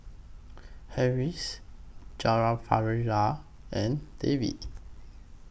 Haresh Jawaharlal and Devi